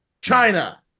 China